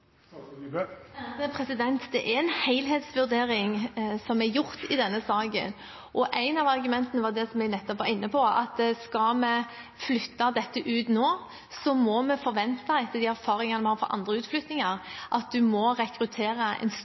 Det er gjort en helhetsvurdering i denne saken, og ett av argumentene var det jeg nettopp var inne på, at skal vi flytte dette ut nå, må vi forvente – etter de erfaringene vi har fra andre utflyttinger – at en må rekruttere en